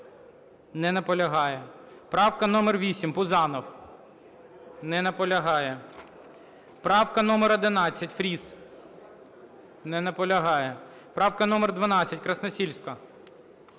Не наполягає. Правка номер 8, Пузанов. Не наполягає. Правка номер 11, Фріс. Не наполягає. Правка номер 12, Красносільська.